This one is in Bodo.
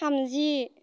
थामजि